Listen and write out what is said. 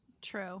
true